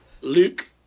luke